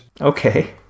Okay